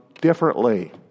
differently